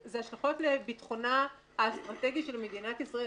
אלה השלכות לביטחונה האסטרטגי של מדינת ישראל.